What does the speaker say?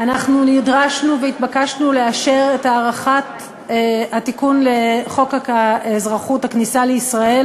אנחנו נדרשנו והתבקשנו לאשר את הארכת התיקון לחוק האזרחות והכניסה לישראל